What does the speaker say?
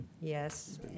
Yes